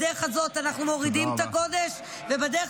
בדרך הזאת אנחנו מורידים את הגודש ובדרך